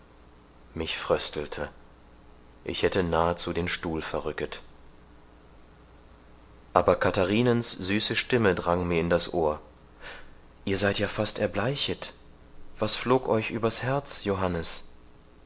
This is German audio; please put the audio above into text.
mich fröstelte ich hätte nahezu den stuhl verrücket aber katharinens süße stimme drang mir in das ohr ihr seid ja fast erbleichet was flog euch übers herz johannes